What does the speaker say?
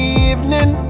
evening